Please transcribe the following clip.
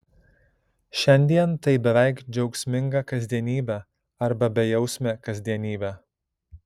šiandien tai beveik džiaugsminga kasdienybė arba bejausmė kasdienybė